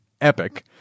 epic